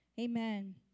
Amen